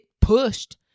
pushed